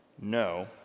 no